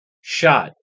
shot